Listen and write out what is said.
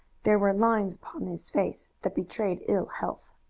there were lines upon his face that betrayed ill health.